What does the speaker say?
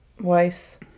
Weiss